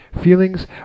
Feelings